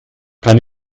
kann